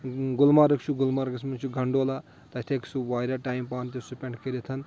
گُلمَرٕگ چھُ گُلمَرگَس منٛز چھُ گنٛڈولا تَتھ ہیٚکہِ سُہ واریاہ ٹایِم پانہٕ تہِ سپؠنٛڈ کٔرِتھ